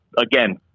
Again